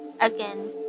Again